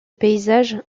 paysages